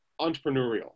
entrepreneurial